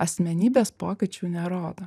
asmenybės pokyčių nerodo